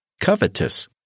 covetous